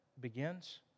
begins